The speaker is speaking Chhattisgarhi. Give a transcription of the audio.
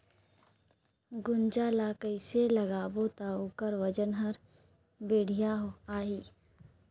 गुनजा ला कइसे लगाबो ता ओकर वजन हर बेडिया आही?